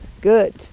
Good